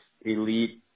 elite